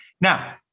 Now